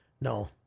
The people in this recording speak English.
No